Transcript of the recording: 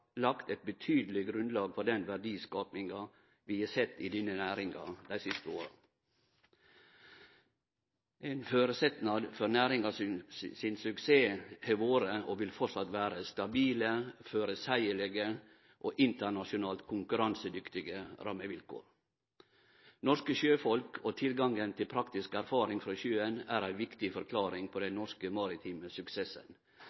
lagt eit betydeleg grunnlag for den verdiskapinga vi har sett i denne næringa dei siste åra. Ein føresetnad for næringa sin suksess har vore og vil fortsatt vere stabile, føreseielege og internasjonalt konkurransedyktige rammevilkår. Norske sjøfolk og tilgangen til praktisk erfaring frå sjøen er ei viktig forklaring på den